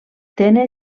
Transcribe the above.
tenen